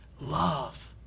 love